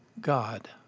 God